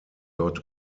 dort